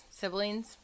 siblings